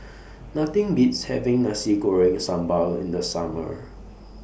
Nothing Beats having Nasi Goreng Sambal in The Summer